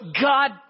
God